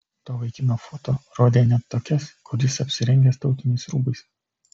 to vaikino foto rodė net tokias kur jis apsirengęs tautiniais rūbais